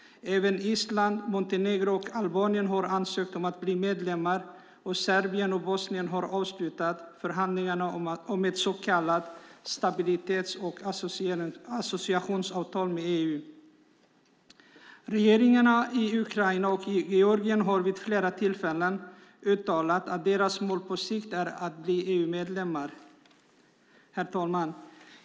Även Island, Montenegro och Albanien har ansökt om att bli medlemmar, och Serbien och Bosnien har avslutat förhandlingarna om ett så kallat stabilitets och associeringsavtal med EU. Regeringarna i Ukraina och Georgien har vid flera tillfällen uttalat att deras mål på sikt är att bli EU-medlemmar. Herr talman!